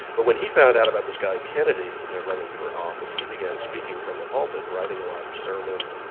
but when he found out about this guy, kennedy, now running for office, he began speaking from the pulpit and writing a lot of sermons